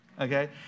okay